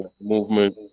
movement